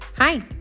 Hi